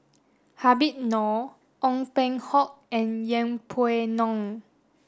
Habib Noh Ong Peng Hock and Yeng Pway Ngon